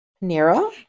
nero